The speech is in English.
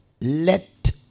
let